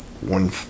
one